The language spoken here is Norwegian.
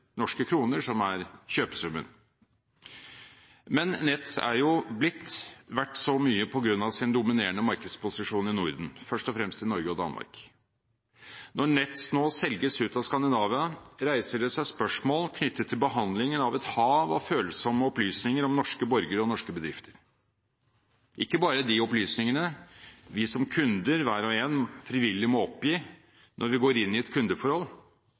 norske kr, som er kjøpesummen. Men Nets er blitt verdt så mye på grunn av sin dominerende markedsposisjon i Norden, først og fremst i Norge og Danmark. Når Nets nå selges ut av Skandinavia, reiser det seg spørsmål knyttet til behandlingen av et hav av følsomme opplysninger om norske borgere og norske bedrifter. Ikke bare de opplysningene som vi som kunder hver og en frivillig må oppgi når vi går inn i et kundeforhold,